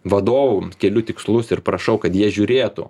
vadovų keliu tikslus ir prašau kad jie žiūrėtų